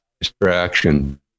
distraction